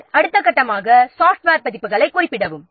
பின்னர் அடுத்த கட்டமாக சாஃப்ட்வேர் பதிப்புகளைக் குறிப்பிட வேண்டும்